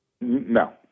No